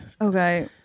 Okay